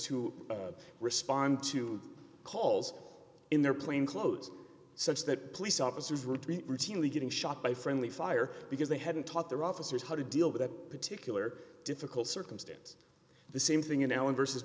to respond to calls in their plainclothes such that police officers were routinely getting shot by friendly fire because they hadn't taught their officers how to deal with a particular difficult circumstance the same thing in allen v